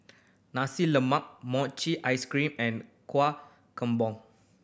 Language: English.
Nasi Lemak mochi ice cream and kuah kembon